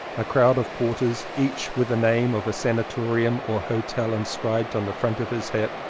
a crowd of porters, each with a name of a sanatorium or hotel inscribed on the front of his hat,